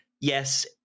Yes